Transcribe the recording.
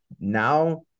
Now